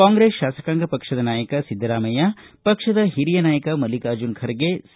ಕಾಂಗ್ರೆಸ್ ಶಾಸಕಾಂಗ ಪಕ್ಷದ ನಾಯಕ ಸಿದ್ದರಾಮಯ್ಯ ಪಕ್ಷದ ಹಿರಿಯ ನಾಯಕ ಮಲ್ಲಿಕಾರ್ಜುನ ಖರ್ಗೆ ಸಿ